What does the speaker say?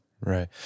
Right